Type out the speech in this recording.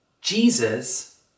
Jesus